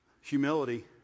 humility